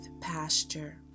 pasture